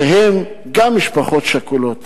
שהם גם משפחות שכולות.